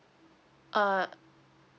uh